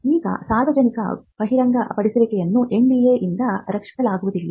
ಈಗ ಸಾರ್ವಜನಿಕರಿಗೆ ಬಹಿರಂಗಪಡಿಸುವಿಕೆಯನ್ನು NDA ಯಿಂದ ರಕ್ಷಿಸಲಾಗುವುದಿಲ್ಲ